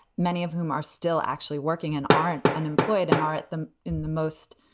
many of whom are still actually working and aren't unemployed and are at them in the most